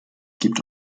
gibt